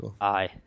Aye